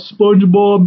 Spongebob